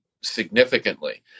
significantly